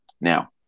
Now